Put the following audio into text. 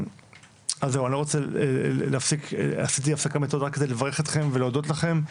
אני רוצה לברך אתכם ולהודות לכם.